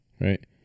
right